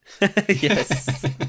Yes